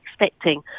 expecting